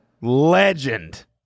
Legend